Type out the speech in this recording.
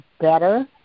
better